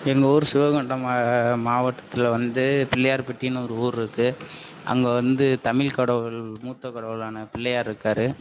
எங்கள் ஒரு சிவகங்கோட்டம் மா மாவட்டத்தில் வந்து பிள்ளையார்பட்டினு ஒரு ஊரு இருக்குது அங்கே வந்து தமிழ் கடவுள் மூத்த கடவுளான பிள்ளையார் இருக்காரு